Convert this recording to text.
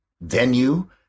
venue